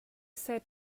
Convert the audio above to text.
said